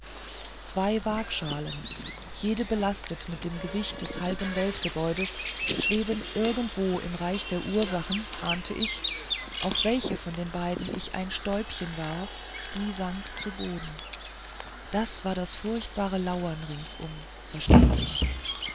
zwei wagschalen jede belastet mit dem gewicht des halben weltgebäudes schweben irgendwo im reich der ursachen ahnte ich auf welche von bei den ich ein stäubchen warf die sank zu boden das war das furchtbare lauern ringsum verstand ich